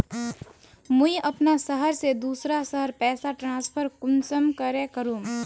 मुई अपना शहर से दूसरा शहर पैसा ट्रांसफर कुंसम करे करूम?